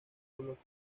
coloca